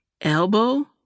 elbow